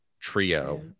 trio